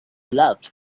loved